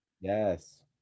yes